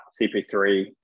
CP3